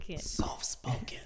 Soft-spoken